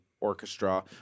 orchestra